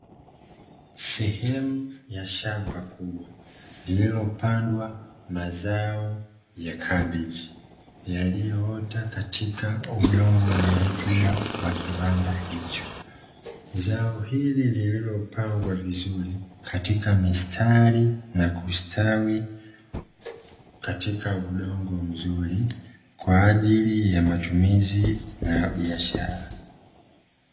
Sehemu ya shamba kubwa lililopandwa mazao ya kabichi, yaliyoota katika udongo wenye rutuba wa kiwanda hicho. Zao hili lililopangwa vizuri katika mistari na kustawi katika udongo mzuri, kwa ajili ya matumizi na ya biashara.